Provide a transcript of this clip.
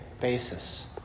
basis